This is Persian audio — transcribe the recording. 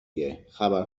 گهخبر